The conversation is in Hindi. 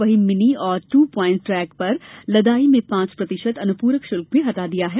वहीं मिनी और टू प्वाइंट रेक पर लदाई में पांच प्रतिशत अनुपूरक शुल्क भी हटा दिया गया है